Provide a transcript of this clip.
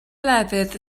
lefydd